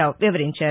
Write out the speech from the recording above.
రావు వివరించారు